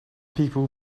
people